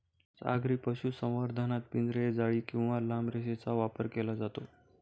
सागरी पशुसंवर्धनात पिंजरे, जाळी किंवा लांब रेषेचा वापर केला जातो